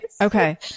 Okay